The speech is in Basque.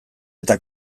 eta